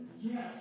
Yes